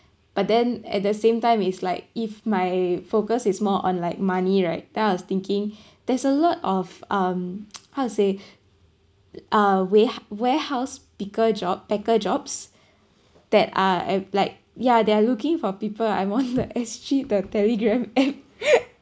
but then at the same time it's like if my focus is more on like money right then I was thinking there's a lot of um how to say uh ware~ warehouse picker job packer jobs that are e~ like ya they are looking for people I'm on the S_G the Telegram app